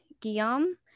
guillaume